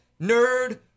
Nerd